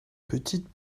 petites